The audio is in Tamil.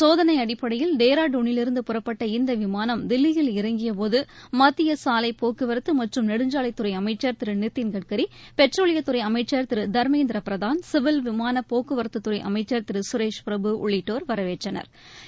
சோதனை அடிப்படையில் டேராடூனிலிருந்து புறப்பட்ட இந்த விமானம் தில்லியில் இறங்கியபோது மத்திய சாலை போக்குவரத்து மற்றும் நெடுஞ்சாலைத்துறை அசைச்சள் திரு நிதின் கட்கரி பெட்ரோலியத்துறை அமைச்ச் திரு தர்மேந்திர பிரதான் சிவில் விமான போக்குவரத்துத்துறை அமைச்ச் திரு சுரேஷ் பிரபு உள்ளிட்டோர் வரவேற்றனா்